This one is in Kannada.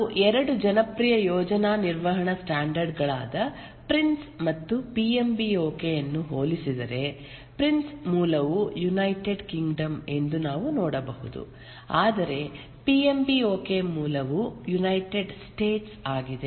ನಾವು ಎರಡು ಜನಪ್ರಿಯ ಯೋಜನಾ ನಿರ್ವಹಣಾ ಸ್ಟ್ಯಾಂಡರ್ಡ್ ಗಳಾದ ಪ್ರಿನ್ಸ್ ಮತ್ತು ಪಿಎಂ ಬಿ ಓಕೆ ಅನ್ನು ಹೋಲಿಸಿದರೆ ಪ್ರಿನ್ಸ್ ಮೂಲವು ಯುನೈಟೆಡ್ ಕಿಂಗ್ಡಮ್ ಎಂದು ನಾವು ನೋಡಬಹುದು ಆದರೆ ಪಿಎಂಬಿಓಕೆ ಮೂಲವು ಯುನೈಟೆಡ್ ಸ್ಟೇಟ್ಸ್ ಆಗಿದೆ